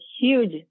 huge